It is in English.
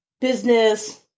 business